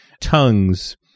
tongues